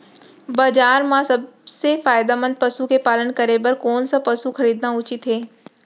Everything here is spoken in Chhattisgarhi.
बजार म सबसे फायदामंद पसु के पालन करे बर कोन स पसु खरीदना उचित हे?